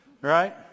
right